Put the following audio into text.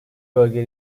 bölge